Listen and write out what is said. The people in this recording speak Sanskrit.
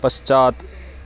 पश्चात्